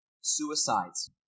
suicides